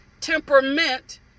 temperament